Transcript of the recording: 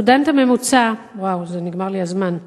הסטודנט הממוצע" וואו, נגמר לי הזמן.